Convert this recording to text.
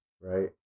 Right